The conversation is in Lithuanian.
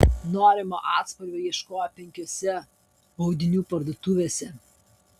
norimo atspalvio ieškojo penkiose audinių parduotuvėse